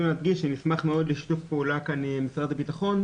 להדגיש שנשמח מאוד לשיתוף פעולה עם משרד הביטחון,